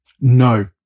No